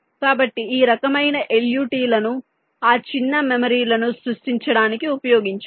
కాబట్టి ఈ రకమైన LUT లను ఆ చిన్న మెమరీ లను సృష్టించడానికి ఉపయోగించవచ్చు